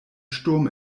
sturm